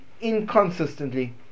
inconsistently